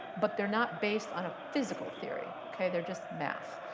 but they're not based on a physical theory. ok? they're just math.